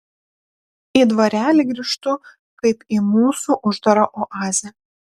į dvarelį grįžtu kaip į mūsų uždarą oazę